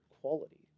quality